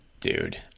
Dude